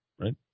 right